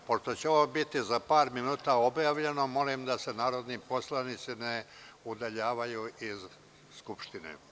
Pošto će ovo biti za par minuta objavljeno, molim da se narodni poslanici ne udaljavaju iz Skupštine.